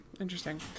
Interesting